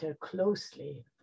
closely